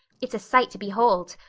it's a sight to behold.